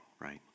right